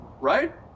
Right